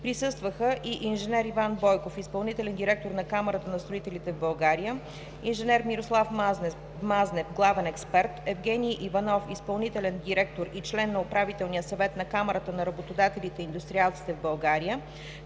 Присъстваха и инж. Иван Бойков – изпълнителен директор на Камарата на строителите в България, инж. Мирослав Мазнев – главен експерт, Евгений Иванов – изпълнителен директор и член на Управителния съвет на Камарата на работодателите и индустриалците в България